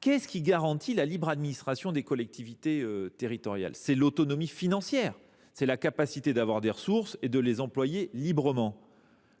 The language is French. Qu’est ce qui garantit la libre administration des collectivités territoriales ? C’est l’autonomie financière, c’est à dire par la capacité d’avoir des ressources et de les employer librement. Pas toujours !